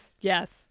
yes